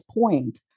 point